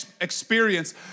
experience